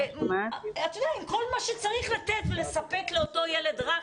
עם כל מה שצריך לתת לספק לאותו ילד רך,